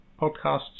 podcasts